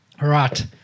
Right